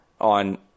on